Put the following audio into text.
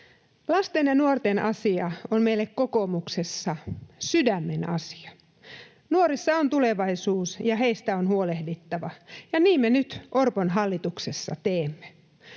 Lasten ja nuorten asia on meille kokoomuksessa sydämen asia. Nuorissa on tulevaisuus, ja heistä on huolehdittava, ja niin me nyt Orpon hallituksessa teemme.